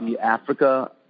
Africa